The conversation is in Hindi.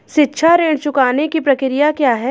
शिक्षा ऋण चुकाने की प्रक्रिया क्या है?